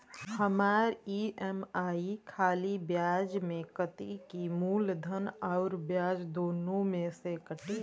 हमार ई.एम.आई खाली ब्याज में कती की मूलधन अउर ब्याज दोनों में से कटी?